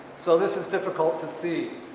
so this is difficult to see.